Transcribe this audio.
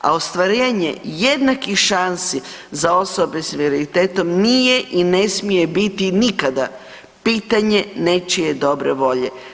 A ostvarivanje jednakih šansi za osobe s invaliditetom nije i ne smije biti nikada pitanje nečije dobra volje.